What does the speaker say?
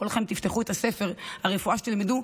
כולכם תפתחו את ספר הרפואה שתלמדו,